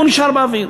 הוא נשאר באוויר.